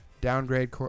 downgrade